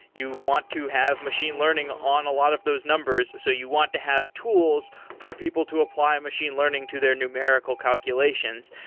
you want to have machine learning on a lot of those numbers. so you want to have tools for people to apply machine learning to their numerical calculations.